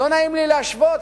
לא נעים לי להשוות,